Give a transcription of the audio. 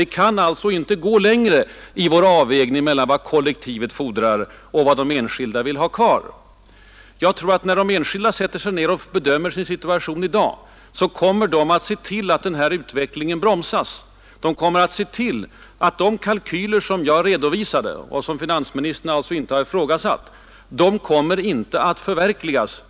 Vi kan alltså inte gå längre än vi hittills gjort i vår avvägning mellan vad kollektivet fordrar och vad de enskilda vill ha kvar. När de enskilda bedömer sin ekonomiska situation i dag är jag övertygad om att de säger sig att utvecklingen måste bromsas. Därför kommer de kalkyler som jag redovisade — och som finansministern alltså inte har ifrågasatt — inte att kunna förverkligas.